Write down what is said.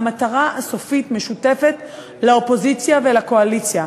והמטרה הסופית משותפת לאופוזיציה ולקואליציה,